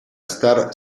star